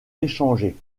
échangés